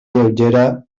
lleugera